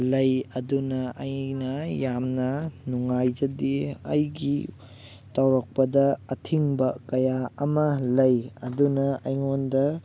ꯂꯩ ꯑꯗꯨꯅ ꯑꯩꯅ ꯌꯥꯝꯅ ꯅꯨꯡꯉꯥꯏꯖꯗꯦ ꯑꯩꯒꯤ ꯇꯧꯔꯛꯄꯗ ꯑꯊꯤꯡꯕ ꯀꯌꯥ ꯑꯃ ꯂꯩ ꯑꯗꯨꯅ ꯑꯩꯉꯣꯟꯗ